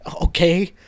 Okay